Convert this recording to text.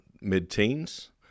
mid-teens